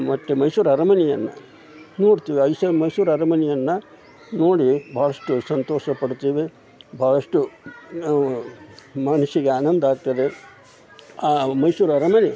ಮತ್ತು ಮೈಸೂರು ಅರಮನೆಯನ್ನು ನೋಡ್ತೀವಿ ಐಶ ಮೈಸೂರು ಅರಮನೆಯನ್ನು ನೋಡಿ ಭಾಳಷ್ಟು ಸಂತೋಷ ಪಡ್ತೀವಿ ಭಾಳಷ್ಟು ಮನಸಿಗೆ ಆನಂದ ಆಗ್ತದೆ ಆ ಮೈಸೂರು ಅರಮನೆ